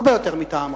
הרבה יותר מטעם רע.